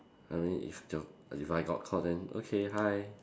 I mean if your if I got caught then okay hi